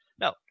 No